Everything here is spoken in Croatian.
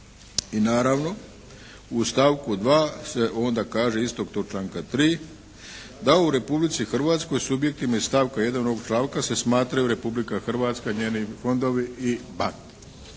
I naravno u stavku 2. se onda kaže istog tog članka 3. da u Republici Hrvatskoj subjektima iz stavka 1. ovog članka se smatraju Republika Hrvatska, njeni fondovi i banke.